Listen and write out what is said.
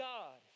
God